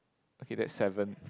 okay that's seven